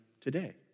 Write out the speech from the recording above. today